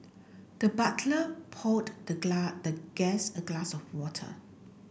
the butler poured the the guest a glass of water